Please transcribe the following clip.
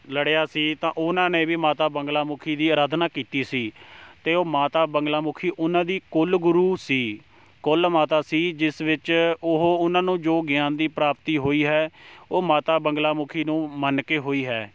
ਲੜਿਆ ਸੀ ਤਾਂ ਉਹਨਾਂ ਨੇ ਵੀ ਮਾਤਾ ਬੰਗਲਾ ਮੁਖੀ ਦੀ ਅਰਾਧਨਾ ਕੀਤੀ ਸੀ ਅਤੇ ਉਹ ਮਾਤਾ ਬੰਗਲਾ ਮੁਖੀ ਉਹਨਾਂ ਦੀ ਕੁੱਲ ਗੁਰੂ ਸੀ ਕੁੱਲ ਮਾਤਾ ਸੀ ਜਿਸ ਵਿੱਚ ਉਹ ਉਹਨਾਂ ਨੂੰ ਜੋ ਗਿਆਨ ਦੀ ਪ੍ਰਾਪਤੀ ਹੋਈ ਹੈ ਉਹ ਮਾਤਾ ਬੰਗਲਾ ਮੁਖੀ ਨੂੰ ਮੰਨ ਕੇ ਹੋਈ ਹੈ